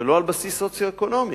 ולא על בסיס סוציו-אקונומי.